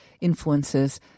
influences